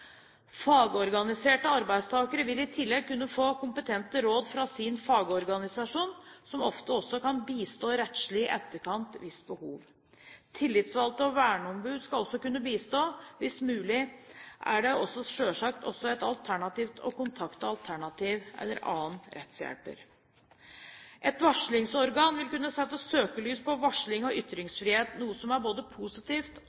Fagorganiserte arbeidstakere vil i tillegg kunne få kompetente råd fra sin fagorganisasjon, som ofte også kan bistå rettslig i etterkant hvis behov. Tillitsvalgte og verneombud skal også kunne bistå, og hvis mulig er det selvsagt også et alternativ å kontakte advokat eller annen rettshjelper. Et varslingsorgan vil kunne sette søkelys på varsling og